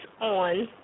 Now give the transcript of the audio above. on